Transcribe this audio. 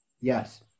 Yes